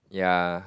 ya